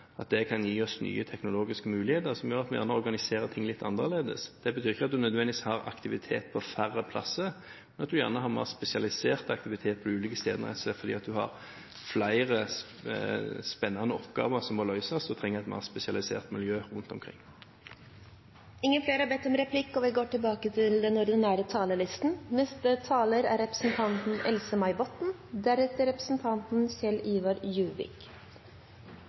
er førende, kan gi oss nye teknologiske muligheter som gjør at vi gjerne organiserer ting litt annerledes. Det betyr ikke nødvendigvis at en har aktivitet på færre steder, men at en gjerne har en mer spesialisert aktivitet på de ulike stedene, fordi en har flere spennende oppgaver som må løses, og trenger et mer spesialisert miljø rundt omkring. Replikkordskiftet er avsluttet. Vi i Arbeiderpartiet er veldig glade for at regjeringen har videreført vår satsing for å få mer gods over på sjø. Det er